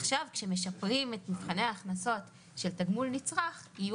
עכשיו כשמשפרים את מבחני ההכנסות של תגמול נצרך יהיו